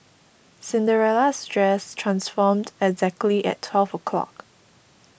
Cinderella's dress transformed exactly at twelve o' clock